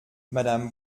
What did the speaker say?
madame